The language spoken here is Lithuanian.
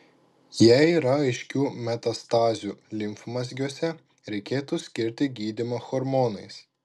jei yra aiškių metastazių limfmazgiuose reikėtų skirti gydymą hormonais